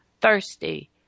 thirsty